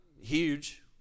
huge